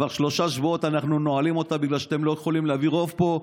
כבר שלושה שבועות אנחנו נועלים אותה בגלל שאתם לא יכולים להביא רוב פה,